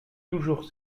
toujours